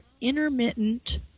intermittent